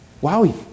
Wow